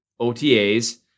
OTAs